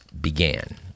began